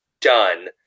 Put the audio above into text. done